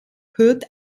hört